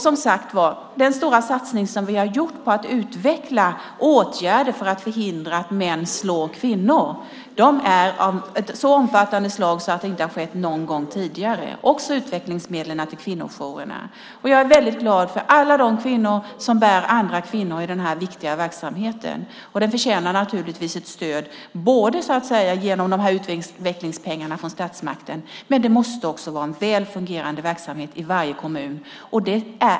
Som sagt var: Den stora satsning som vi har gjort på att utveckla åtgärder för att förhindra att män slår kvinnor, också utvecklingsmedlen till kvinnojourerna, är av ett mer omfattande slag än någonsin tidigare. Jag är väldigt glad över alla de kvinnor som bär andra kvinnor i denna viktiga verksamhet. Den förtjänar naturligtvis ett stöd genom utvecklingspengarna från statsmakten, men det måste också vara en väl fungerande verksamhet i varje kommun.